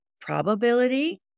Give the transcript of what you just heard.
probability